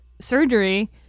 surgery